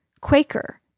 Quaker